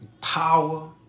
power